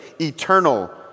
eternal